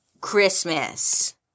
Christmas